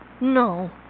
No